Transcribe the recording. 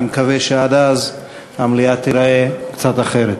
אני מקווה שעד אז המליאה תיראה קצת אחרת.